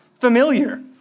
familiar